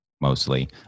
mostly